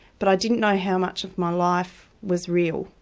but i didn't know how much of my life was real.